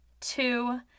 two